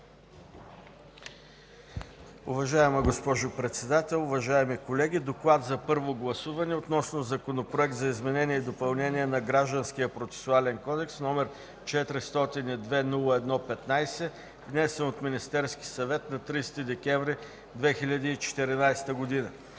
Уважаема госпожо Председател, уважаеми колеги! „ДОКЛАД за първо гласуване относно Законопроект за изменение и допълнение на Гражданския процесуален кодекс, № 402-01-15, внесен от Министерския съвет на 30 декември 2014 г.